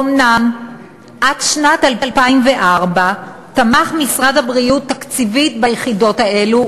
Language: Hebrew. אומנם עד שנת 2004 תמך משרד הבריאות תקציבית ביחידות האלה,